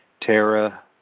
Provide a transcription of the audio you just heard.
Terra